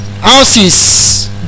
Houses